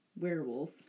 werewolf